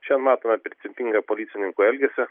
šiandien matome principingą policininkų elgesį